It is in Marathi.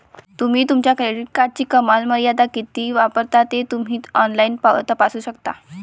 तुम्ही तुमच्या क्रेडिट कार्डची कमाल मर्यादा किती वापरता ते तुम्ही ऑनलाइन तपासू शकता